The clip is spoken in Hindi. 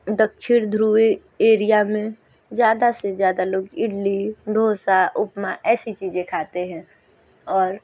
दक्षिण ध्रुवी एरिया में ज़्यादा से ज़्यादा लोग इडली डोसा उपमा ऐसी चीज़ें खाते हैं और